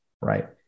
Right